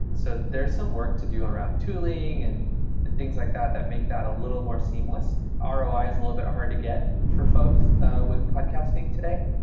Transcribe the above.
so there are some work to do around tooling and and things like that that make that a little more seamless. ah roi is a little bit hard to get for folks ah with podcasting today.